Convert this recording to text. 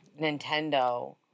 Nintendo